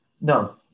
No